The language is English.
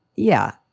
yeah,